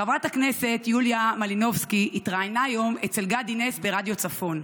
חברת הכנסת יוליה מלינובסקי התראיינה היום אצל גדי נס ברדיו צפון.